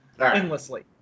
endlessly